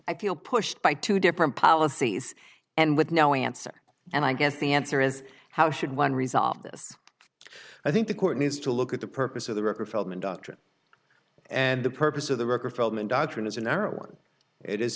i feel pushed by two different policies and with no answer and i guess the answer is how should one resolve this i think the court needs to look at the purpose of the record feldman doctrine and the purpose of the